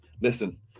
Listen